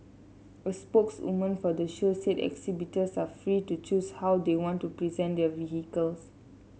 a spokeswoman for the show said exhibitors are free to choose how they want to present their vehicles